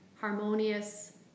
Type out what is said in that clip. harmonious